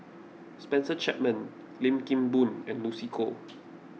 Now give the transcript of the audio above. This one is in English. Spencer Chapman Lim Kim Boon and Lucy Koh